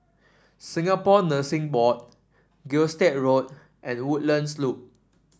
Singapore Nursing Board Gilstead Road and Woodlands Loop